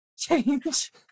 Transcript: Change